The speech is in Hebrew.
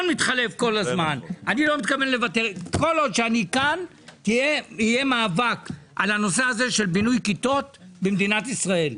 כל עוד אני כאן יהיה מאבק על הנושא הזה של בינוי כיתות במדינת ישראל.